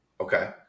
Okay